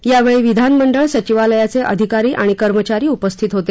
यावेळी विधानमंडळ सचिवालयाचे अधिकारी आणि कर्मचारी उपस्थित होते